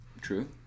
True